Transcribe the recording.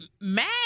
mad